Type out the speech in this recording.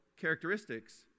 characteristics